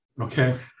Okay